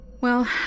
Well